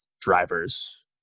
Driver's